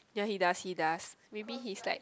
ya he does he does maybe he's like